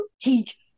teach